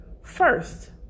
First